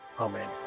Amen